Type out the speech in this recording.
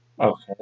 Okay